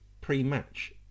pre-match